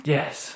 Yes